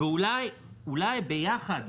ואולי יחד